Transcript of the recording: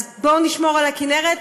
אז בואו נשמור על הכינרת,